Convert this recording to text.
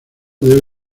debe